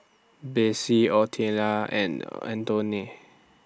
Besse Oleta and Antione